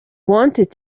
wanted